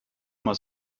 immer